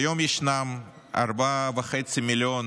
כיום ישנם ארבעה וחצי מיליון